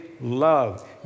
love